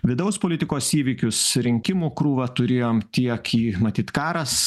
vidaus politikos įvykius rinkimų krūvą turėjom tiek į matyt karas